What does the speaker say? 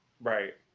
right